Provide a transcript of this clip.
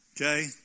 Okay